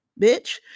bitch